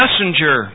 messenger